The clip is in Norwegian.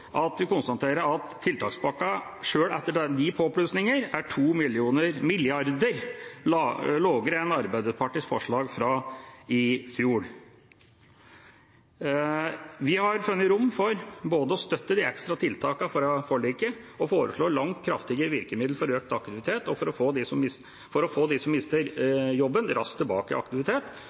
mer. Vi er likevel i den situasjonen at vi konstaterer at tiltakspakken, sjøl etter de påplussingene, er 2 mrd. kr lavere enn Arbeiderpartiets forslag fra i fjor. Vi har funnet rom for både å støtte de ekstra tiltakene fra forliket og å foreslå langt kraftigere virkemidler for økt aktivitet, for å få dem som mister jobben, raskt tilbake i aktivitet,